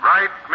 Right